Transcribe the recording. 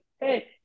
Hey